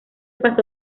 pasó